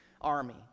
army